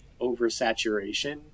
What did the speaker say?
oversaturation